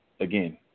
again